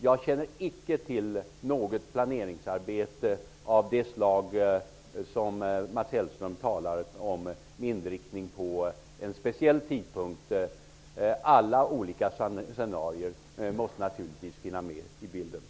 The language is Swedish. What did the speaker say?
Jag känner icke till något planeringsarbete av det slag som Mats Hellström talar om med inriktning på en speciell tidpunkt. Alla olika scenarier måste naturligtvis finnas med i bilden.